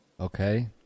okay